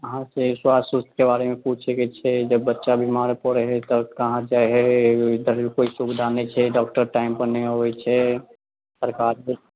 अहाँ से स्वास्थ्य उस्थके बारेमे पूछैके छै जब बच्चा बीमार पड़ैत हय तब कहाँ जाय हय ओहि तरहके कोइ सुविधा नहि छै डॉक्टर टाइम पर नहि अबैत छै सरकारके